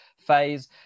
phase